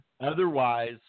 otherwise